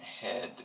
head